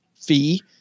fee